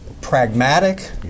pragmatic